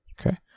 Okay